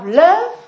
love